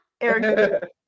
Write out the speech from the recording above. Eric